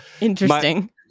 interesting